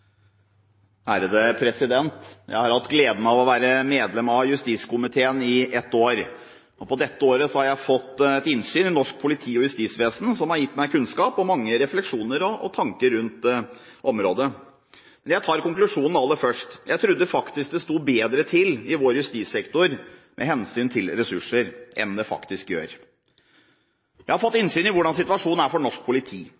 dette året har jeg fått et innsyn i norsk politi- og justisvesen som har gitt meg kunnskap og mange refleksjoner og tanker om området. Jeg tar konklusjonen aller først: Jeg trodde det sto bedre til i vår justissektor med hensyn til ressurser, enn det faktisk gjør. Jeg har fått innsyn i hvordan situasjonen er for norsk politi,